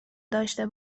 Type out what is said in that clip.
داشته